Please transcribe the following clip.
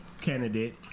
candidate